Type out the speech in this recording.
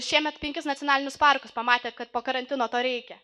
šiemet penkis nacionalinius parkus pamatę kad po karantino to reikia